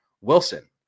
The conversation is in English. Wilson